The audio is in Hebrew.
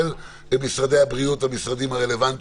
הבריאות והמשרדים הרלוונטיים,